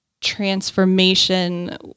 transformation